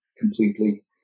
completely